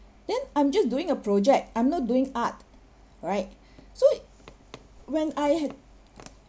then I'm just doing a project I'm not doing art right so it when I